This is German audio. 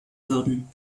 würden